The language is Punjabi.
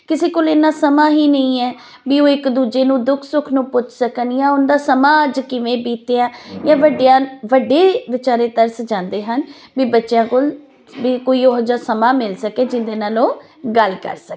ਕਿਸੇ ਕੋਲ ਇੰਨਾਂ ਸਮਾਂ ਹੀ ਨਹੀਂ ਹੈ ਵੀ ਉਹ ਇੱਕ ਦੂਜੇ ਨੂੰ ਦੁੱਖ ਸੁੱਖ ਨੂੰ ਪੁੱਛ ਸਕਣ ਜਾਂ ਉਹਦਾ ਸਮਾਂ ਅੱਜ ਕਿਵੇਂ ਬੀਤਿਆਂ ਜਾਂ ਵੱਡਿਆਂ ਵੱਡੇ ਵਿਚਾਰੇ ਤਰਸ ਜਾਂਦੇ ਹਨ ਵੀ ਬੱਚਿਆਂ ਕੋਲ ਵੀ ਕੋਈ ਉਹ ਜਿਹਾ ਸਮਾਂ ਮਿਲ ਸਕੇ ਜਿਹਦੇ ਨਾਲ ਉਹ ਗੱਲ ਕਰ ਸਕਣ